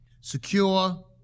secure